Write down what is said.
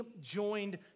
joined